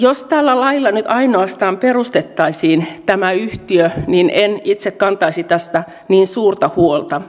jos tällä lailla nyt ainoastaan perustettaisiin tämä yhtiö niin en itse kantaisi tästä niin suurta huolta